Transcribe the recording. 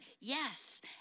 Yes